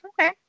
Okay